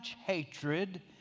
hatred